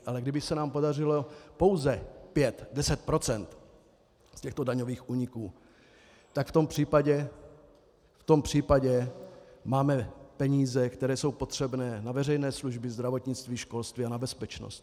Ale kdyby se nám podařilo pouze 5, 10 % z těchto daňových úniků, tak v tom případě máme peníze, které jsou potřebné na veřejné služby, zdravotnictví, školství a bezpečnost.